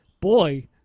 Boy